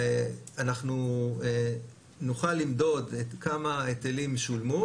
אנחנו נוכל למדוד כמה היטלים שולמו,